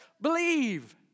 believe